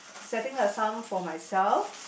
setting a sum for myself